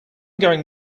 going